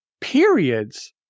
Periods